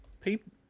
people